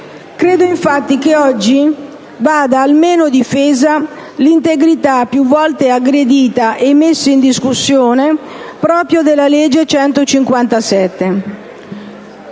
credo infatti che oggi vada almeno difesa l'integrità, più volte aggredita e messa in discussione, proprio della legge n.